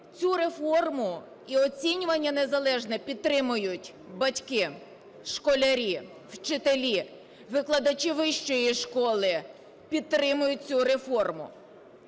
Цю реформу і оцінювання незалежне підтримують батьки, школярі, вчителі, викладачі вищої школи підтримують цю реформу.